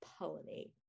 pollinate